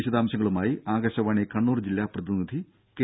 വിശദാംശങ്ങളുമായി ആകാശവാണി കണ്ണൂർ ജില്ലാ പ്രതിനിധി കെ